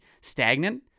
stagnant